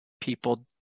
people